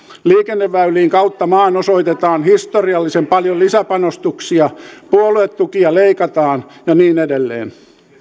liikenneväyliin kautta maan osoitetaan historiallisen paljon lisäpanostuksia puoluetukia leikataan ja niin edelleen